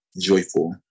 joyful